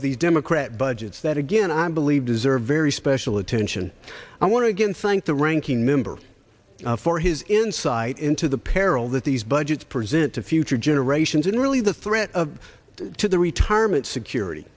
these democrat budgets that again i believe deserve very special attention i want to again thank the ranking member for his insight into the peril that these budgets present to future generations and really the threat of to the retirement security